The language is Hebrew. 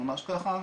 ממש ככה.